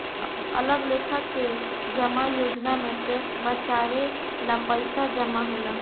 अलग लेखा के जमा योजना में टैक्स बचावे ला पईसा जमा होला